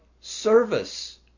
service